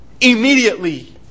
Immediately